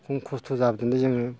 खम खस्थ' जादोंलै जोङो